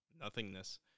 nothingness